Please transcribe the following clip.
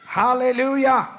hallelujah